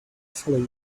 follow